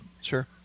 Sure